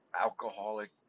alcoholic